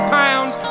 pounds